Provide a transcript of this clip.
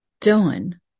done